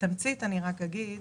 ברגע